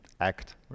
act